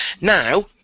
Now